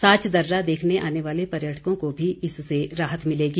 साच दर्रा देखने आने वाले पर्यटकों को भी इससे राहत मिलेगी